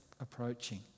approaching